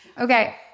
Okay